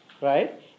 right